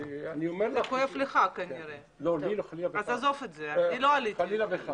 כי אני רואה שלחברי הכנסת יש להם המון שאלות.